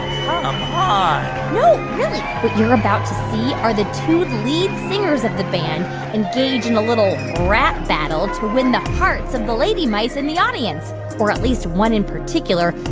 you're about to see are the two lead singers of the band engage in a little rap battle to win the hearts of the lady mice in the audience or at least one in particular,